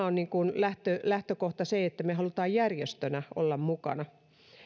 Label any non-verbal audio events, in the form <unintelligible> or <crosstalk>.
<unintelligible> on lähtökohta se että me haluamme järjestönä olla mukana